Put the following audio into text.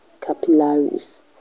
capillaries